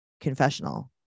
confessional